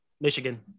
Michigan